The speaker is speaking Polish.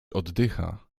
oddycha